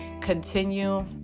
continue